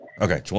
Okay